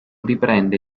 riprende